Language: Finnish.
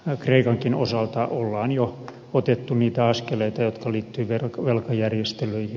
kreikankin osalta on jo otettu niitä askeleita jotka liittyvät velkajärjestelyihin